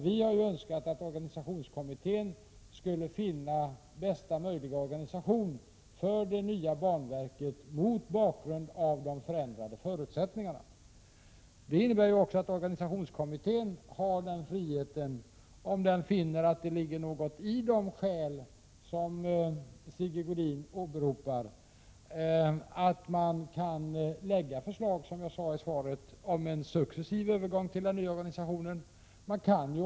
Vi har önskat att organisationskommittén skulle finna bästa möjliga organisation för det nya banverket, mot bakgrund av de förändrade förutsättningarna. Det innebär också att organisationskommittén — om den finner att det ligger något i de skäl som Sigge Godin åberopar — har frihet att, som jag sade i svaret, föreslå en successiv övergång till den nya organisationen.